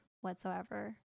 whatsoever